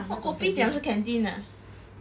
oh kopitiam 是 canteen ah